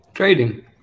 trading